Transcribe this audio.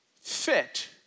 fit